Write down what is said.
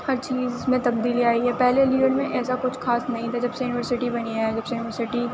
ہر چیز میں تبدیلیاں آئی ہیں پہلے علی گڑھ میں ایسا کچھ خاص نہیں تھا جب سے یونیورسٹی بنی ہے جب سے یونیورسٹی